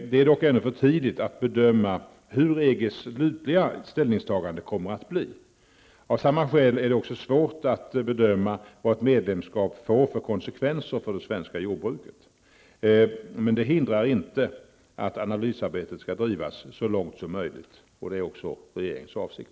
Det är dock ännu för tidigt att bedöma hur EGs slutliga ställningstagande kommer att bli. Av samma skäl är det också svårt att bedöma vad ett medlemskap får för konsekvenser för det svenska jordbruket. Det hindrar emellertid inte att analysarbetet drivs så långt det är möjligt, vilket också är regeringens avsikt.